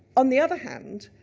on the other hand,